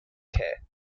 care